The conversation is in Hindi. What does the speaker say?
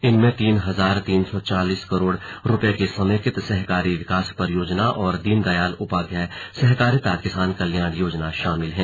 इनमें तीन हजार तीन सौ चालीस करोड़ रुपये की समेकित सहकारी विकास परियोजना और दीनदयाल उपाध्याय सहकारिता किसान कल्याण योजना शामिल हैं